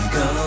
go